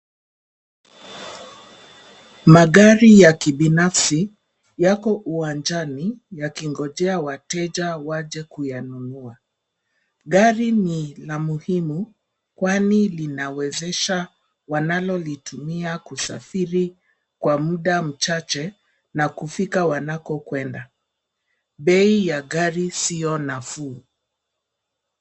Magari ya kibinafsi, yako uwanjani, yakingojea wateja waje kuyanunua. Gari ni la muhimu, kwani linawezesha, wanalolitumia kusafiri kwa muda mchache, na kufika wanakokwenda. Bei ya gari sio nafuu.